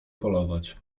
polować